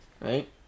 Right